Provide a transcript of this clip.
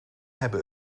hebben